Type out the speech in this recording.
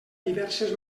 diverses